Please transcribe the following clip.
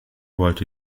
wollte